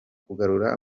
kugarura